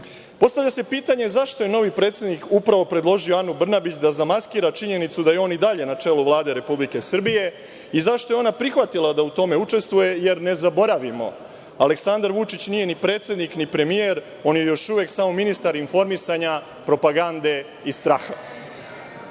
nastavlja. Postavlja se pitanje – zašto je novi predsednik upravo predložio Anu Brnabić da zamaskira činjenicu da je on i dalje na čelu Vlade Republike Srbije i zašto je ona prihvatila da u tome učestvuje? Ne zaboravimo, Aleksandar Vučić nije predsednik, ni premijer, on je još uvek samo ministar informisanja, propagande i straha. Mislim